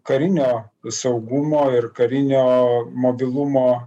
karinio saugumo ir karinio mobilumo